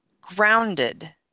grounded